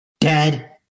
Dead